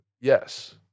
yes